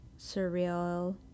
surreal